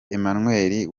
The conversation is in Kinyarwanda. emmanuel